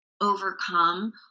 overcome